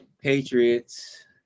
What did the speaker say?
Patriots